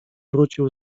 wrócił